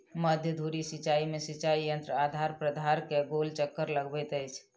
मध्य धुरी सिचाई में सिचाई यंत्र आधार प्राधार के गोल चक्कर लगबैत अछि